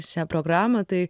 šią programą tai